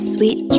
Sweet